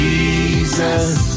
Jesus